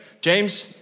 James